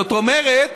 זאת אומרת,